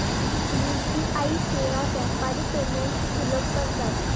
UPI सेवा व्यापारी payments सुलभ करतात